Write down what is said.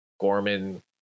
Gorman